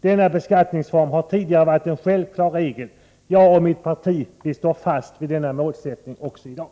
Denna beskattningsform har tidigare varit en självklar regel. Jag och mitt parti står fast vid denna målsättning också i dag.